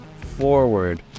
forward